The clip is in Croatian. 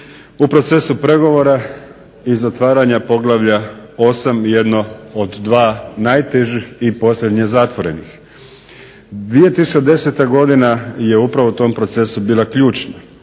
u procesu pregovora i zatvaranja poglavlja osam jedno od dva najtežih i posljednje zatvorenih. 2010. godina je upravo u tom procesu bila ključna.